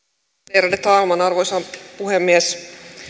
ärade talman arvoisa puhemies